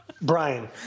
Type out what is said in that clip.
Brian